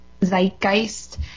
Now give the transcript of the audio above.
zeitgeist